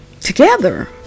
together